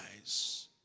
eyes